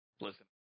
Listen